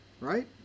Right